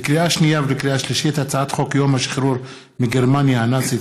לקריאה שנייה ולקריאה שלישית: הצעת חוק יום השחרור מגרמניה הנאצית,